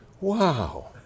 Wow